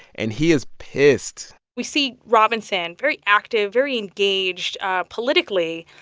and he is pissed we see robinson very active, very engaged politically,